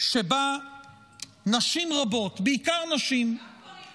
שבה נשים רבות, בעיקר נשים --- וגם גברים.